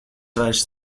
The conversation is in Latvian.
vairs